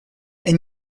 elle